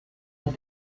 هات